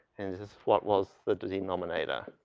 and is what was the denominator.